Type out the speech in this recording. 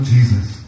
Jesus